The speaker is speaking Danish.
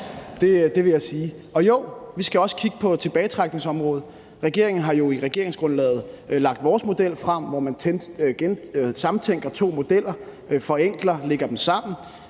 Det vil jeg sige. Jo, vi skal også kigge på tilbagetrækningsområdet. Regeringen har jo i regeringsgrundlaget lagt vores model frem, hvor man samtænker to modeller, forenkler, lægger dem sammen.